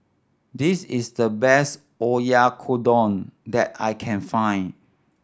this is the best Oyakodon that I can find